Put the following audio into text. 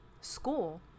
school